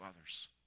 others